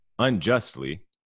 unjustly